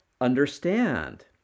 understand